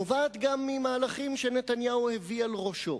נובעת גם ממהלכים שנתניהו הביא על ראשו.